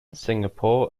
singapore